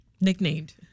Nicknamed